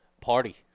party